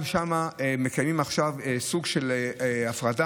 גם שם מקיימים עכשיו סוג של הפרדה,